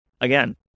Again